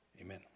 amen